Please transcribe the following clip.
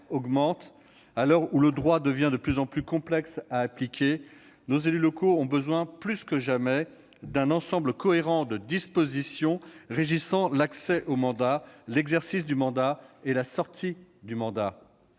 augmente, à 'heure où le droit devient de plus en plus complexe à appliquer, nos élus locaux ont besoin, plus que jamais, d'un ensemble cohérent de dispositions régissant l'accès au mandat, l'exercice du mandat et la sortie du mandat.